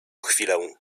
chwilę